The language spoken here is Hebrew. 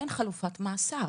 אין חלופת מאסר.